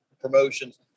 promotions